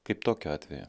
kaip tokiu atveju